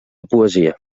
poesia